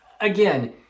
again